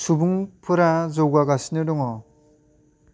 सुबुंफोरा जौगागासिनो दङ